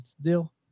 deal